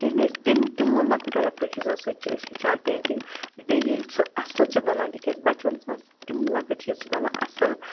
تَمہِ وِز تِم تِمو لۄکٹو لۄکٹو چیٖزو سۭتۍ چھِ أسۍ ہیٚچھان پیٚنٛٹِنٛگ بیٚیہِ ییٚلہِ سُہ اَصٕل چھِ بَنان تِکیٛازِ بَچپَس مَنٛز تِم لۄکٕٹۍ چیٖز چھِ بَنان اَصٕل